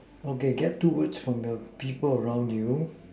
okay get two words from the people around you